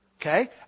okay